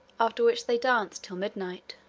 after which they danced till midnight.